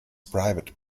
private